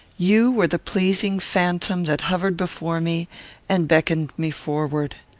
you were the pleasing phantom that hovered before me and beckoned me forward.